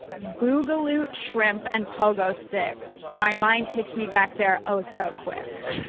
bugalute shrimp and pogo sticks, my mind takes me back there oh-so quick,